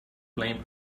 blame